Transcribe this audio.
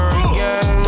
again